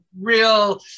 real